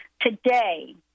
Today